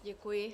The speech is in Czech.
Děkuji.